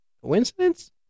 Coincidence